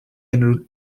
unrhyw